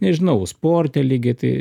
nežinau sporte lygiai tai